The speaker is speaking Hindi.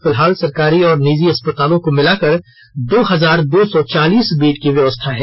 फिलहाल सरकारी और निजी अस्पतालों को मिलाकर दो हजार दो सौ चालीस बेड की व्यवस्था है